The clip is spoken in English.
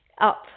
up